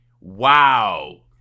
Wow